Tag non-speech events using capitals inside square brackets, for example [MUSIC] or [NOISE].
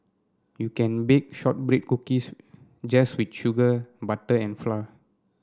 you can bake shortbread cookies just with sugar butter and [UNINTELLIGIBLE]